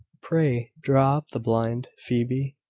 pray, draw up the blind, phoebe,